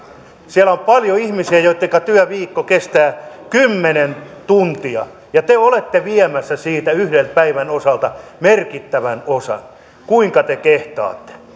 siellä on paljon ihmisiä joittenka työviikko kestää kymmenen tuntia ja te olette viemässä siitä yhden päivän osalta merkittävän osan kuinka te kehtaatte